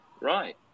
Right